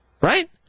right